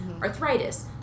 arthritis